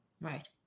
Right